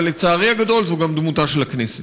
אבל לצערי הגדול זאת גם דמותה של הכנסת.